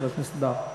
חבר הכנסת בר.